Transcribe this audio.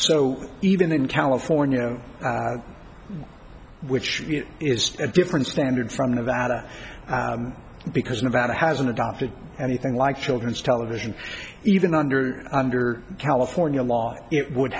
so even in california which is a different standard from nevada because nevada has an adopted anything like children's television even under under california law it would